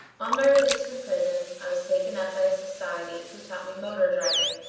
on my release from prison i was taken up by a society who taught me motor-driving,